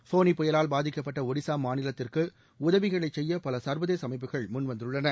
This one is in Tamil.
ஃபோனி புயலால் பாதிக்கப்பட்ட ஒடிசா மாநிலத்திற்கு உதவிகளை செய்ய பல சா்வதேச அமைப்புகள் முன்வந்துள்ளன